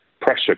pressure